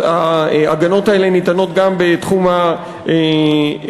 ההגנות האלה ניתנות גם בתחום ההסעדה.